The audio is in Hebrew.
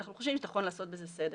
אנחנו חושבים שנכון לעשות בזה סדר.